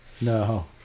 No